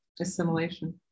Assimilation